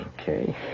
Okay